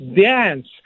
dance